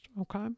okay